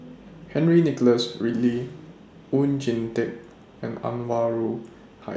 Henry Nicholas Ridley Oon Jin Teik and Anwarul Hi